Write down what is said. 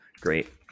great